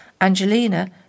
Angelina